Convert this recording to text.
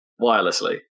wirelessly